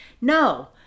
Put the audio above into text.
no